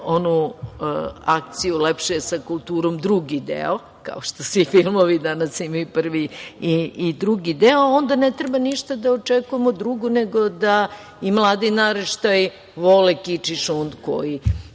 onu akciju – lepše je sa kulturom drugi deo, kao što svi danas imaju prvi i drugi deo, onda ne treba ništa da očekujemo drugo nego da i mladi naraštaji vole kič i šund koji